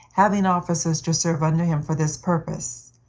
having officers to serve under him for this purpose.